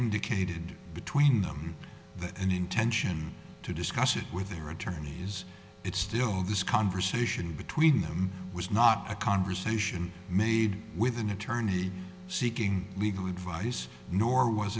indicated between them and intention to discuss it with their attorneys it still this conversation between them was not a conversation made with an attorney seeking legal advice nor was